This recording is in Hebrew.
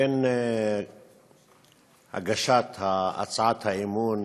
בין הגשת הצעת אי-אמון